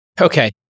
okay